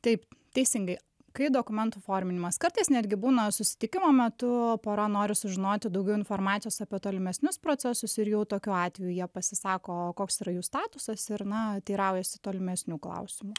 taip teisingai kai dokumentų forminimas kartais netgi būna susitikimo metu pora nori sužinoti daugiau informacijos apie tolimesnius procesus ir jau tokiu atveju jie pasisako o koks yra jų statusas ir na teiraujasi tolimesnių klausimų